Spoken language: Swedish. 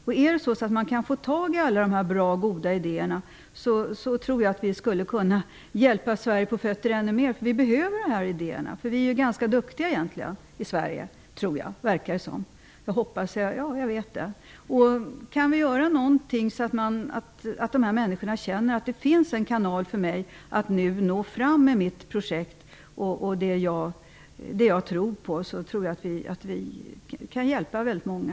Om vi kan få tag i alla dessa goda idéer, tror jag att vi ännu bättre skulle kunna hjälpa Sverige på fötter. Jag tror att vi i Sverige är ganska duktiga. Om vi kan göra något som leder till att innovatörerna känner att de har en kanal för att nå fram med sina projekt, tror jag att vi kan hjälpa väldigt många.